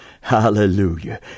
Hallelujah